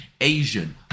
Asian